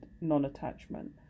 non-attachment